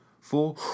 Four